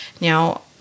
Now